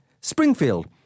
Springfield